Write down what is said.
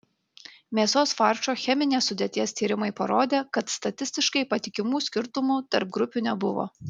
mėsos faršo cheminės sudėties tyrimai parodė kad statistiškai patikimų skirtumų tarp grupių nebuvo